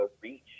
reach